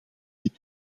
dit